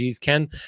Ken